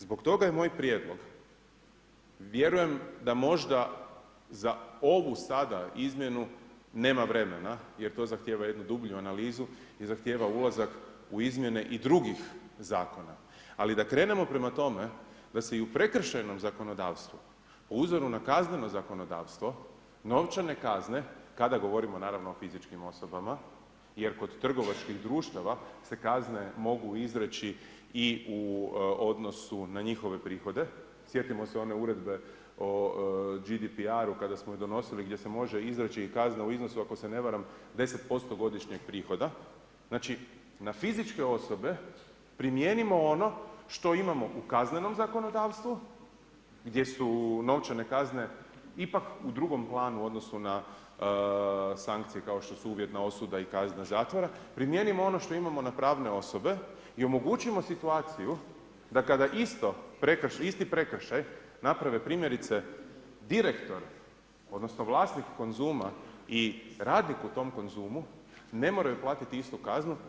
Zbog toga je moj prijedlog, vjerujem da možda za ovu sada izmjenu nema vremena, jer to zahtjeva jednu dublju analizu i zahtijeva ulazak u izmjene i drugih zakona, ali da krenemo prema tome da se i u prekršajnom zakonodavstvu po uzoru na kazneno zakonodavstvo novčane kazne, kada govorimo naravno o fizičkim osobama, jer kod trgovačkih društava se kazne mogu izreći i u odnosu na njihove prihode, sjetimo se one uredbe o GDPR-u kada smo je donosili gdje se može izreći i kazna u iznosu ako se ne varam 10% godišnjeg prihoda, znači na fizičke osobe primijenimo ono što imamo u kaznenom zakonodavstvu gdje su novčane kazne ipak u drugom planu u odnosu na sankcije, kao što su uvjetna osuda i kazna zatvora, primijenimo ono što imamo na pravne osobe i omogućimo situaciju da kada isti prekršaj naprave primjerice direktor, odnosno vlasnik Konzuma i radnik u tom Konzumu, ne moraju platiti istu kaznu.